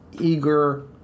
eager